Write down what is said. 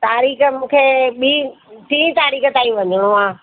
तारीख़ मूंखे ॿी टी तारीख़ ताईं वञिणो आहे